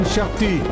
Shakti